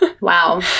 Wow